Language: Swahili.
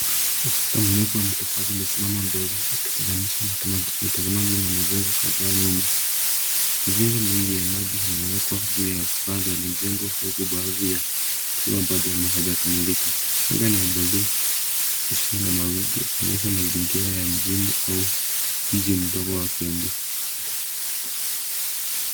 Ukuta mrefu wa matofali umesimama mbele ukitenganisha mtazamaji na majengo kataa nyuma, mazinga mengi ya maji imewekwa juu ya paa za majengo huku baadhi yao ikiwa bado haijakamilika. Angaa ni ya bluu hisio na mawingu ikionyesha mazingira ya mjini au mji mdogo wa Kiambu.